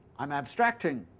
i'm abstracting